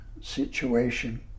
situation